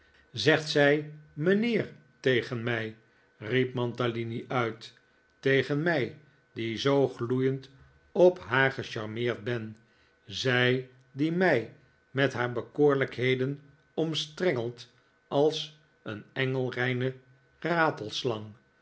zegt zij mijnheer tegen mij riep mantalini uit tegen mij die zoo gloeiend op haar gecharmeerd ben zij die mij met haar bekoorlijkheden omstrengelt als een engelreine